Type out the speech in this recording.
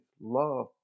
love